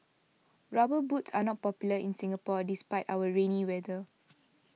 rubber boots are not popular in Singapore despite our rainy weather